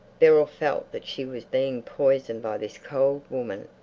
beryl felt that she was being poisoned by this cold woman,